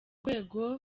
rwego